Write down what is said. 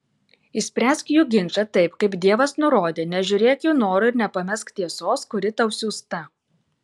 išspręsk jų ginčą taip kaip dievas nurodė nežiūrėk jų norų ir nepamesk tiesos kuri tau siųsta